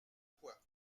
quoi